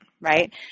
Right